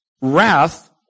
wrath